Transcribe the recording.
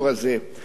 ולכן,